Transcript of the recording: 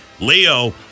Leo